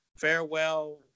Farewell